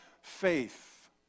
faith